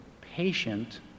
patient